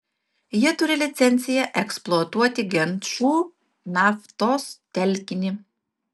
jie turi licenciją eksploatuoti genčų naftos telkinį